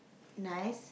nice